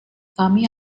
kami